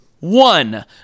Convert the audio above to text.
one